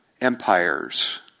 Empires